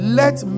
let